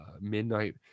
Midnight